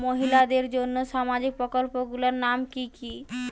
মহিলাদের জন্য সামাজিক প্রকল্প গুলির নাম কি কি?